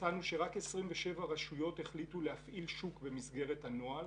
מצאנו שרק 27 רשויות החליטו להפעיל שוק במסגרת הנוהל.